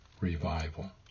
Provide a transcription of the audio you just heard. revival